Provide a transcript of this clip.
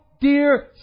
dear